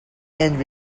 and